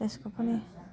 त्यसको पनि